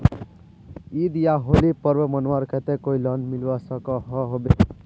ईद या होली पर्व मनवार केते कोई लोन मिलवा सकोहो होबे?